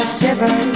shiver